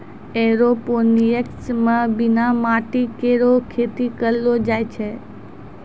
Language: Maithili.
एयरोपोनिक्स म बिना माटी केरो खेती करलो जाय छै